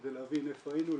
כדי להבין איפה היינו,